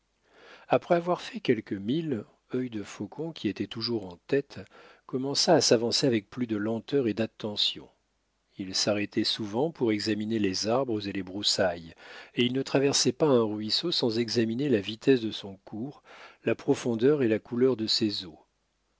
après avoir fait quelques milles œil de faucon qui était toujours en tête commença à s'avancer avec plus de lenteur et d'attention il s'arrêtait souvent pour examiner les arbres et les broussailles et il ne traversait pas un ruisseau sans examiner la vitesse de son cours la profondeur et la couleur de ses eaux